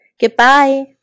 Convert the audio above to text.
Goodbye